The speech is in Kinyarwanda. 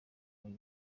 muri